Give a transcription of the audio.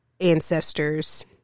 ancestors